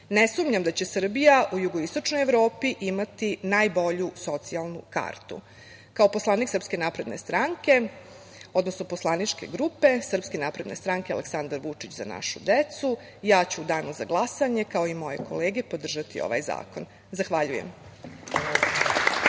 ne sumnjam da će Srbija u jugoistočnoj Evropi imati najbolju socijalnu kartu. Kao poslanik SNS, odnosno poslaničke grupe SNS „Aleksandar Vučić – Za našu decu“, ja ću u danu za glasanje, kao i moje kolege, podržati ovaj zakon. Zahvaljujem.